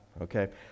Okay